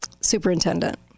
superintendent